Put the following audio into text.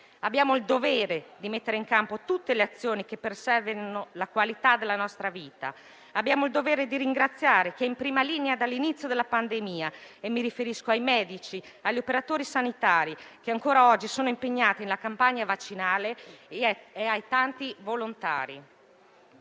Abbiamo il dovere di mettere in campo tutte le azioni che preservino la qualità della nostra vita. Abbiamo il dovere di ringraziare chi è in prima linea dall'inizio della pandemia e mi riferisco ai medici, agli operatori sanitari che ancora oggi sono impegnati nella campagna vaccinale e ai tanti volontari.